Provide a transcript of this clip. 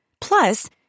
Plus